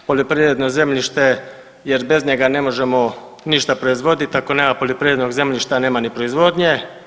Poljoprivredno zemljište jer bez njega ne možemo ništa proizvoditi, ako nema poljoprivrednog zemljišta nema ni proizvodnje.